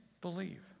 believe